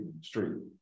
street